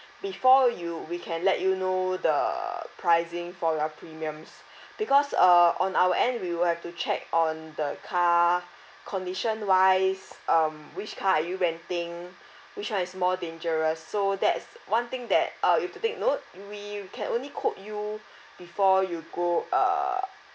before you we can let you know the pricing for your premiums because uh on our end we will have to check on the car condition wise um which car are you renting which one is more dangerous so that's one thing that uh you've to take note we can only quote you before you go err